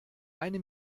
eine